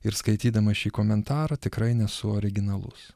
ir skaitydamas šį komentarą tikrai nesu originalus